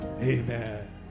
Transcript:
Amen